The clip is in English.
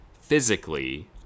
physically